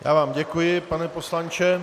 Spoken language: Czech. Já vám děkuji, pane poslanče.